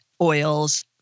oils